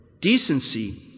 decency